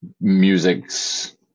musics